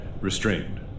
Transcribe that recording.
Restrained